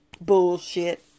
bullshit